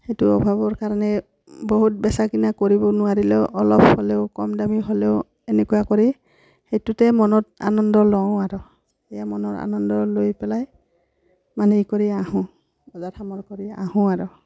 সেইটো অভাৱৰ কাৰণে বহুত বেচা কিনা কৰিব নোৱাৰিলেও অলপ হ'লেও কম দামী হ'লেও এনেকুৱা কৰি সেইটোতে মনত আনন্দ লওঁ আৰু এয়ে মনৰ আনন্দ লৈ পেলাই মানে হেৰি কৰি আহোঁ বজাৰ সামৰ কৰি আহোঁ আৰু